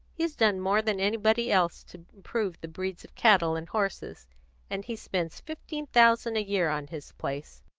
he's done more than anybody else to improve the breeds of cattle and horses and he spends fifteen thousand a year on his place.